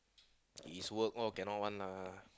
his work all cannot one lah